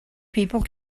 people